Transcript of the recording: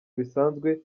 bisanzwe